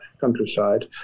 countryside